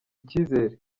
icyizere